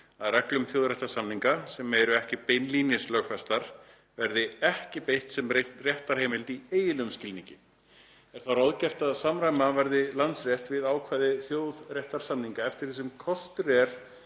að reglum þjóðréttarsamninga, sem eru ekki beinlínis lögfestar, verði ekki beitt sem réttarheimild í eiginlegum skilningi. Er þá ráðgert að samræma verði landsrétt við ákvæði þjóðréttarsamninga eftir því sem kostur er